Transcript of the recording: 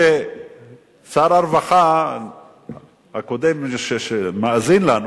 שר הרווחה הקודם מאזין לנו,